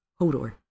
Hodor